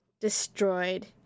destroyed